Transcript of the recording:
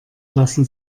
lassen